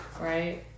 Right